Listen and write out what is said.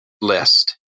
list